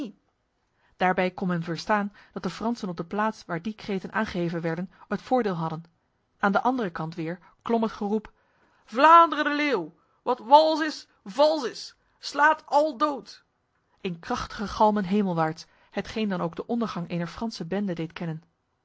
daarbij kon men verstaan dat de fransen op de plaats waar die kreten aangeheven werden het voordeel hadden aan de andere kant weer klom het geroep vlaanderen de leeuw wat wals is vals is slaat al dood in krachtige galmen hemelwaarts hetgeen dan ook de ondergang ener franse bende deed kennen